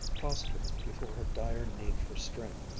prostrate before her dire need for strength,